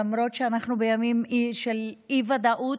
למרות שאנחנו בימים של אי-ודאות,